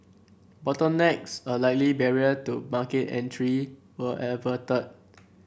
bottlenecks a likely barrier to market entry were averted